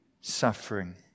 suffering